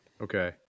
Okay